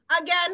Again